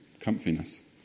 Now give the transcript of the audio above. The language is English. comfiness